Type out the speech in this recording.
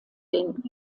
den